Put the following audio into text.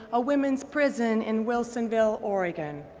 a women's prison in wilsonville, oregon.